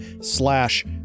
slash